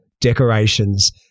decorations